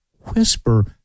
whisper